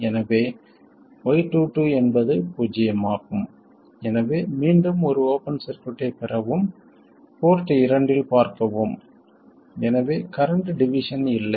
எனவே y22 என்பது பூஜ்ஜியமாகும் எனவே மீண்டும் ஒரு ஓபன் சர்க்யூட்டைப் பெறவும் போர்ட் இரண்டில் பார்க்கவும் எனவே கரண்ட் டிவிஷன் இல்லை